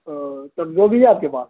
او تب گوبھی ہے آپ کے پاس